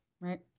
Right